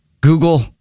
Google